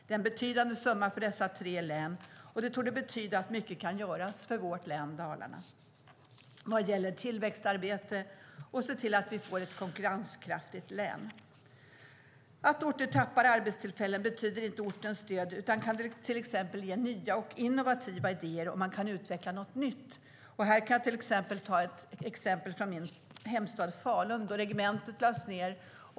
Det är en betydande summa för dessa tre län, och det torde betyda att mycket kan göras för vårt län Dalarna vad gäller tillväxtarbete och för att se till att vi får ett konkurrenskraftigt län. Att orter tappar arbetstillfällen betyder inte ortens död utan kan till exempel ge nya och innovativa idéer och innebära att man kan utveckla något nytt. Här kan jag ta ett exempel från min hemstad Falun, där regementet lades ned.